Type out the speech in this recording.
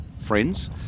friends